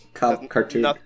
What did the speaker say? cartoon